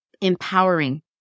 empowering